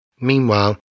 Meanwhile